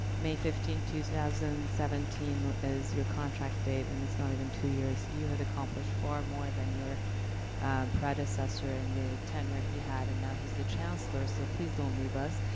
may fifteenth, two thousand and seventeen, is your contract date, and it's not even two years. you have accomplished far more than your predecessor in the tenure he had, and now he's the chancellor, so please don't leave us.